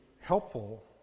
helpful